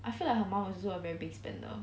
I feel like her mum is also a very big spender